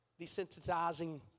desensitizing